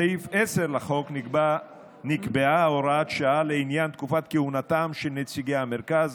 בסעיף 10 לחוק נקבעה הוראת שעה לעניין תקופת כהונתם של נציגי המרכז,